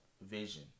vision